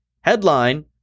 headline